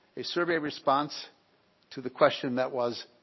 a survey response to the question that was